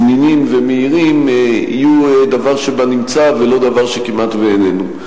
זמינים ומהירים יהיו דבר שבנמצא ולא דבר שכמעט איננו.